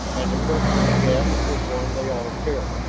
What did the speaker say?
and the question he asked was one they all shared.